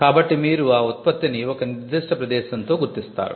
కాబట్టి మీరు ఆ ఉత్పత్తిని ఒక నిర్దిష్ట ప్రదేశంతో గుర్తిస్తారు